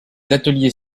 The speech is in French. ateliers